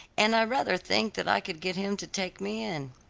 and i rather think that i could get him to take me in.